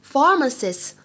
Pharmacists